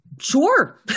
Sure